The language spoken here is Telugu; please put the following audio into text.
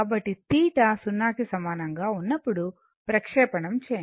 కాబట్టిθ 0 కి సమానంగా ఉన్నప్పుడు ప్రక్షేపణం చేయండి